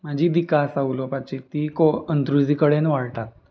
म्हजी दिका आसा उलोवपाची ती को अंत्रुजी कडेन वळटात